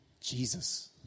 Jesus